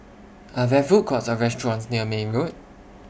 Are There Food Courts Or restaurants near May Road